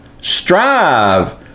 strive